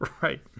Right